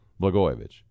Blagojevich